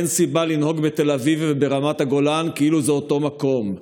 אין סיבה לנהוג בתל אביב וברמת הגולן כאילו זה אותו מקום,